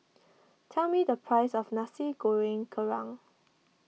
tell me the price of Nasi Goreng Kerang